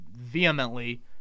vehemently